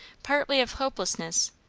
partly of hopelessness,